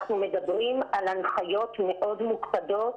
אנחנו מדברים על הנחיות מאוד מוקפדות,